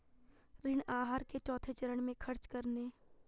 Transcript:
ऋण आहार के चौथे चरण में खर्च बंद करने को कहा है